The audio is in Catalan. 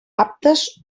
aptes